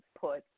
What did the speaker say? put